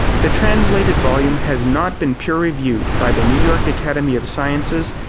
the translated volume has not been peer-reviewed by the new york academy of sciences,